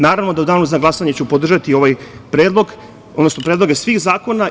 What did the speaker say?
Naravno da u Danu za glasanje ću podržati ovaj predlog, odnosno predloge svih zakona.